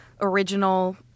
original